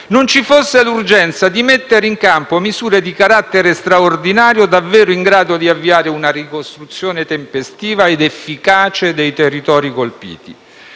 non ci fosse l'urgenza di mettere in campo misure di carattere straordinario davvero in grado di avviare una ricostruzione tempestiva ed efficace dei territori colpiti.